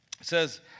says